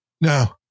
no